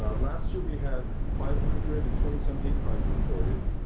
ah last year we had five hundred and twenty some hate crimes reported,